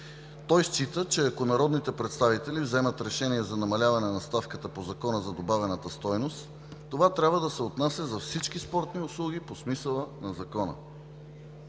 Той счита, че ако народните представители вземат решение за намаляване на ставката по Закона за добавената стойност, това трябва да се отнася за всички спортни услуги по смисъла на Закона.